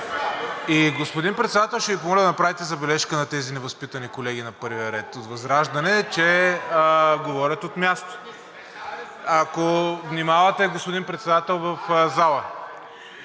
И, господин Председател, ще Ви помоля да направите забележка на тези невъзпитани колеги на първия ред от ВЪЗРАЖДАНЕ, че говорят от място, ако внимавате, господин Председател, в зала.